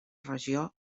regió